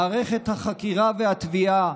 מערכת החקירה והתביעה,